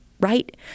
right